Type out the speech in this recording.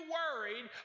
worried